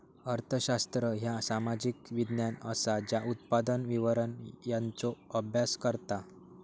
अर्थशास्त्र ह्या सामाजिक विज्ञान असा ज्या उत्पादन, वितरण यांचो अभ्यास करता